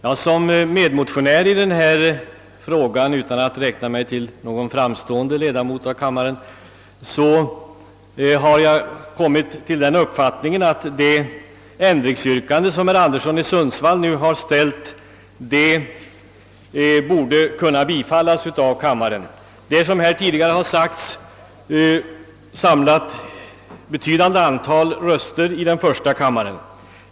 Herr talman! Såsom motionär i denna fråga — utan att därmed anse mig vara någon framstående ledamot av denna kammare — har jag kommit till den uppfattningen att det ändringsyrkande, som herr Anderson i Sundsvall nu ställt, borde kunna bifallas av kammaren. Det har, såsom tidigare påpekats, samlat ett betydande antal röster i första kammaren.